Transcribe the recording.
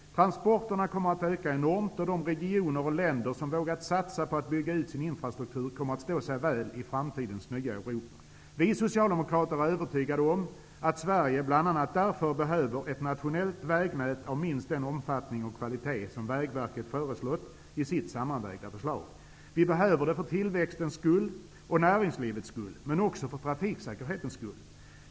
Transporterna kommer att öka enormt och de regioner och länder som vågar satsa på att bygga ut sin infrastruktur kommer att stå sig väl i framtidens nya Europa. Vi socialdemokrater är övertygade om att Sverige bl.a. därför behöver ett nationellt vägnät av minst den omfattning och kvalitet som Vägverket föreslagit i sitt sammanvägda förslag. Vi behöver det för tillväxtens och näringslivets skull, men också för trafiksäkerhetens skull.